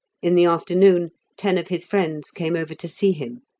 in the afternoon ten of his friends came over to see him,